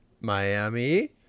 Miami